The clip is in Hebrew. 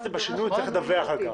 אם עשית שינוי, אתה צריך לדווח על כך.